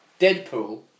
Deadpool